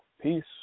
Peace